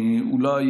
אולי,